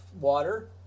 water